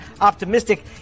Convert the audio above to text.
optimistic